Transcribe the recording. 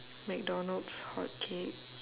mcdonald's hotcake